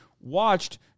watched